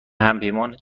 همپیمان